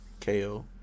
KO